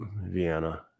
Vienna